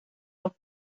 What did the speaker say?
auf